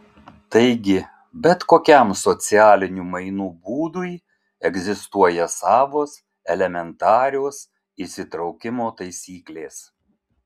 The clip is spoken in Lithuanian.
taigi bet kokiam socialinių mainų būdui egzistuoja savos elementarios įsitraukimo taisyklės